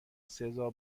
سزا